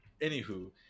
Anywho